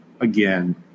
again